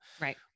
right